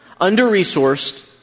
under-resourced